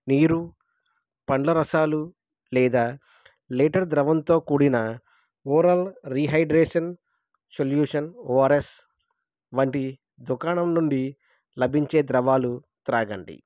నీరు పండ్లరసాలు లేదా లీటర్ ద్రవంతో కూడిన ఓరల్ రిహైడ్రేషన్ సొల్యూషన్ ఓఆర్ఎస్ వంటి దుకాణం నుండి లభించే ద్రవాలు త్రాగండి